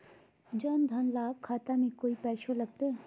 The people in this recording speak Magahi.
जन धन लाभ खाता में कोइ पैसों लगते?